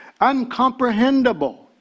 Uncomprehendable